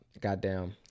goddamn